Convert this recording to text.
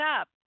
up